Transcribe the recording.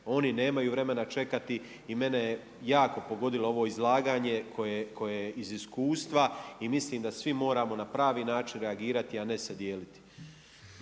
oni nemaju vremena čekati. I mene je jako pogodilo ovo izlaganje koje iz iskustva i mislim da svi moramo na pravi način reagirati a ne se dijeliti.